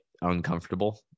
uncomfortable